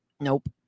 nope